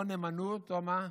או נאמנות או מה?